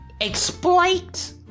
exploit